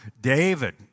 David